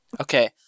okay